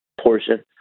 portion